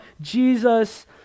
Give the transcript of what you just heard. Jesus